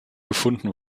gefunden